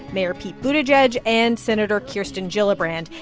mayor pete buttigieg and senator kirsten gillibrand.